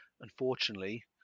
unfortunately